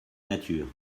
nature